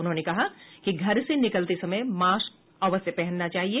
उन्होंने कहा कि घर से निकलते समय मास्क अवश्य पहनना चाहिए